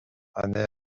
années